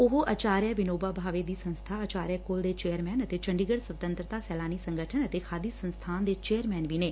ਉਹ ਅਧਿਆਪਕ ਵਿਨੋਬਾ ਭਾਵੇ ਦੀ ਸੰਸਥਾ ਅਚਾਰਿਆ ਕੁਲ ਦੇ ਚੇਅਰਸੈਨ ਅਤੇ ਚੰਡੀਗੜ੍ਸ ਸਵਤੰਰਤਾ ਸੈਲਾਨੀ ਸੰਗਠਨ ਅਤੇ ਖਾਦੀ ਸੰਸਬਾਨ ਦੇ ਚੇਅਰਮੈਨ ਵੀ ਨੇ